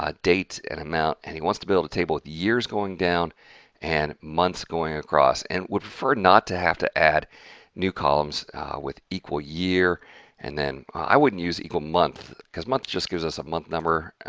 ah dates and amount, and he wants to build a table, years going down and months going across, and would prefer not to have to add new columns with like year and then i wouldn't use month because month just gives us a month number.